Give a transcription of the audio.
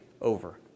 over